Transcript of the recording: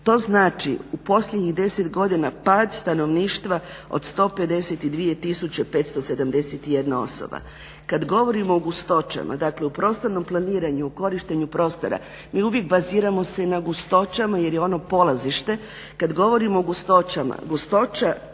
to znači u posljednjih 10 godina pad stanovništva od 152 571 osoba. Kad govorimo u gustoćama, dakle u prostornom planiranju, u korištenju prostora mi uvijek baziramo se na gustoćama jer je ono polazište, kad govorimo o gustoćama, gustoća